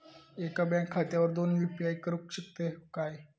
एका बँक खात्यावर दोन यू.पी.आय करुक शकतय काय?